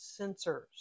sensors